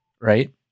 right